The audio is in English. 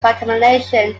contamination